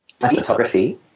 photography